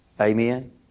Amen